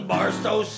Barstow